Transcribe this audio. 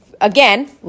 Again